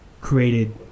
created